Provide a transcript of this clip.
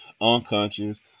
unconscious